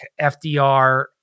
FDR